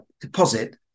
deposit